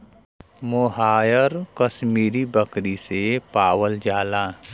मोहायर कशमीरी बकरी से पावल जाला